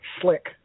slick